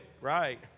right